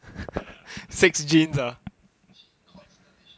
six jeans ah